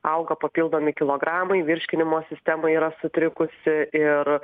auga papildomi kilogramai virškinimo sistema yra sutrikusi ir